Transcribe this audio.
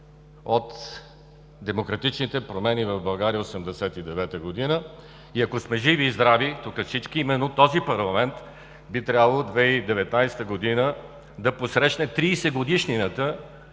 от демократичните промени в България през 1989 г. И ако сме живи и здрави всички тук, именно този парламент би трябвало 2019 г. да посрещне 30 годишнината